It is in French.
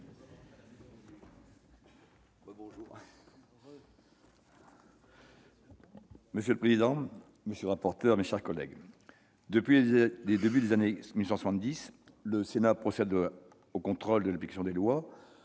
Monsieur le président, monsieur le rapporteur, mes chers collègues, depuis le début des années soixante-dix, le Sénat procède au contrôle de l'application des lois.